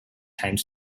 time